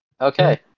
Okay